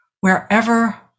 wherever